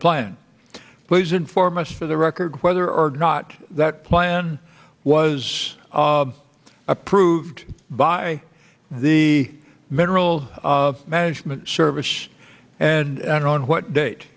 plan please inform us for the record whether or not that plan was are approved by the mineral of management service and on what date